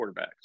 quarterbacks